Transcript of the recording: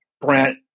Brent